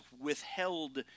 withheld